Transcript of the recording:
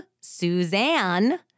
Suzanne